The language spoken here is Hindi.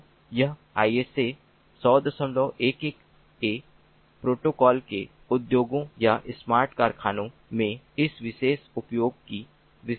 तो यह ISA10011a प्रोटोकॉल के उद्योगों या स्मार्ट कारखानों में इस विशेष उपयोग की विशिष्ट संरचना है